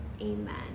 amen